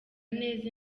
neza